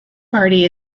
party